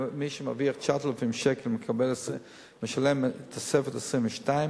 מי שמרוויח 9,000 שקל ישלם תוספת 22 שקל,